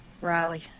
Riley